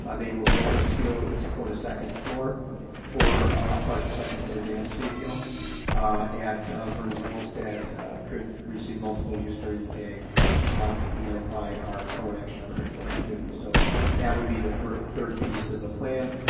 ah they and were built with steel that would support a second floor for a partial second floor dance studio at vernon hills that could receive multiple use during the day and by our co and extracurricular activities. so that would be the third piece of the plan.